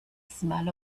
smell